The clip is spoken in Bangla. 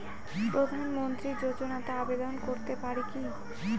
প্রধানমন্ত্রী যোজনাতে আবেদন করতে পারি কি?